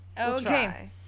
Okay